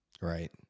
right